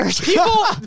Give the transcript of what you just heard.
People